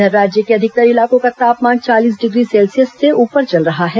इधर राज्य के अधिकतर इलाकों का तापमान चालीस डिग्री सेल्सियस से ऊपर चल रहा है